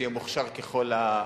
יהיה מוכשר ככל,